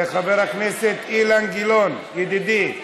חבר הכנסת אילן גילאון, ידידי,